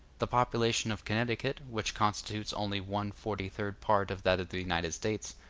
the population of connecticut, which constitutes only one forty-third part of that of the united states,